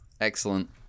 Excellent